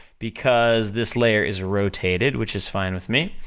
because this layer is rotated, which is fine with me,